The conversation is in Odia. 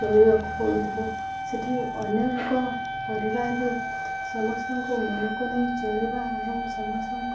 ଶୋଇବାକୁ ପଡ଼ୁଥିବ ସେଠି ଅନ୍ୟ ଏକ ପରିବାରରେ ସମସ୍ତଙ୍କୁ ମନକୁ ନେଇ ଚଳିବା ଏବଂ ସମସ୍ତଙ୍କୁ